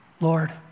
Lord